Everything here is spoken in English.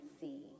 see